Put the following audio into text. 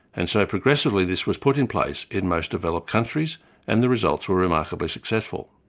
and so progressively this was put in place in most developed countries and the results were remarkably successful.